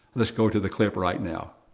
let's go to the clip right now.